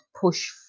push